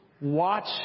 watch